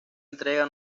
entrega